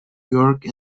york